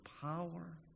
power